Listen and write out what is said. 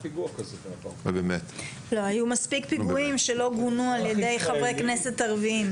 היו מספיק פיגועים שלא גונו על ידי חברי כנסת ערביים.